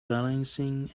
balancing